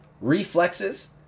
reflexes